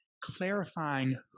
clarifying